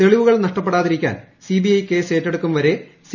തെളിവുകൾ നഷ്ടപ്പെടാതിരിക്കാൻ CBI case ഏറ്റെടുക്കും വരെ സി